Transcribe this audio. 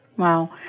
Wow